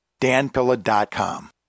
danpilla.com